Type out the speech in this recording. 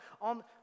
On